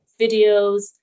videos